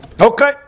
Okay